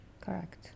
Correct